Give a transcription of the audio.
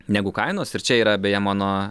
negu kainos ir čia yra beje mano